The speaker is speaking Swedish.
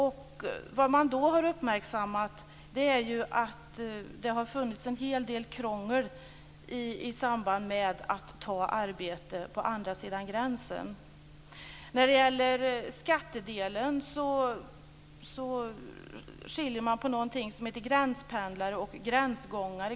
Man har då uppmärksammat att det har funnits en hel del krångel i samband med att ta arbete på andra sidan gränsen. När det gäller skattedelen skiljer man på s.k. gränspendlare och gränsgångare.